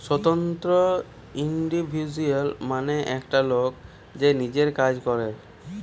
স্বতন্ত্র ইন্ডিভিজুয়াল মানে একটা লোক যে নিজের কাজ করে